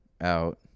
out